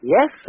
Yes